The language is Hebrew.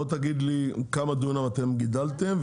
תגיד לי כמה דונם אתם גידלתם,